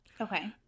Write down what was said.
Okay